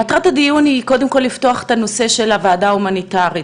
מטרת הדיון היא קודם כל לפתוח את הנושא של הוועדה ההומניטארית.